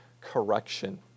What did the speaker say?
correction